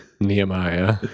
Nehemiah